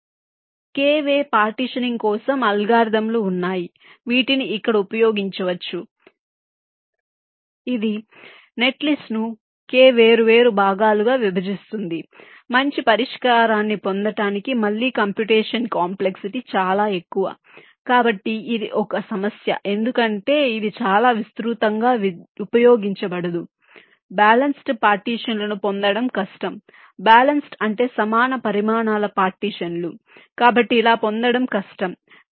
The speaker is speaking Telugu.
కాబట్టి k వే పార్టీషనింగ్ కోసం అల్గోరిథంలు ఉన్నాయి వీటిని ఇక్కడ ఉపయోగించవచ్చు ఇది నెట్లిస్ట్ను k వేరువేరు భాగాలుగా విభజిస్తుంది మంచి పరిష్కారాన్ని పొందటానికి మళ్ళీ కంప్యుటేషన్ కాంప్లెక్సిటీ చాలా ఎక్కువ కాబట్టి ఇది ఒక సమస్య ఎందుకంటే ఇది చాలా విస్తృతంగా ఉపయోగించబడదు బ్యాలన్సుడ్ పార్టీషన్ లను పొందడం కష్టం బ్యాలన్సుడ్ అంటే సమాన పరిమాణాల పార్టీషన్ లు కాబట్టి ఇలా పొందడం కష్టం సరే